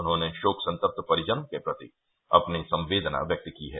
उन्होंने शोक संतप्त परिजनों के प्रति अपनी संवेदना व्यक्त की है